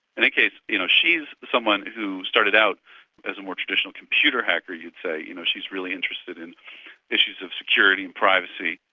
in any case, you know she's someone who started out as a more traditional computer hacker, you'd say, you know she's really interested in issues of security and privacy,